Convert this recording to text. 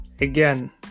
Again